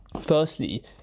Firstly